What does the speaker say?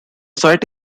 site